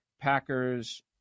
packers